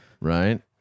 Right